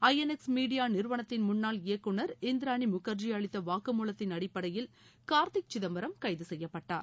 ஐ N X media நிறுவனத்தின் முன்னாள் இயக்குநர் இந்திராணி முக்காஜி அளித்த வாக்கு மூலத்தின் அடிப்படையில் கார்த்தி சிதம்பரம் கைது செய்யப்பட்டார்